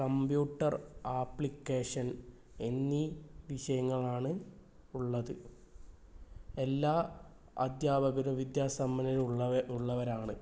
computer application എന്നീ വിഷയങ്ങളാണ് ഉള്ളത് എല്ലാ അധ്യാപകരും വിദ്യാസമ്പന്നർ ഉള്ള ഉള്ളവരാണ്